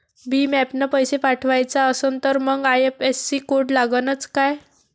भीम ॲपनं पैसे पाठवायचा असन तर मंग आय.एफ.एस.सी कोड लागनच काय?